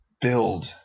build